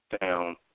down